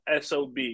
SOB